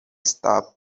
stop